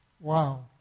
Wow